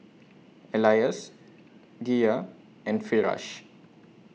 Elyas Dhia and Firash